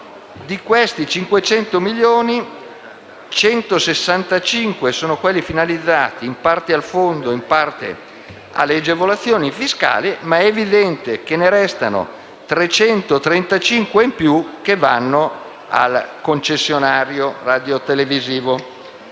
Di questi, 165 sono quelli finalizzati in parte al fondo e in parte alle agevolazioni fiscali. È evidente, però, che ne restano 335 che vanno al concessionario radiotelevisivo.